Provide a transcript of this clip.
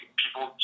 people